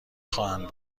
خواهند